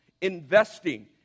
Investing